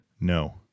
No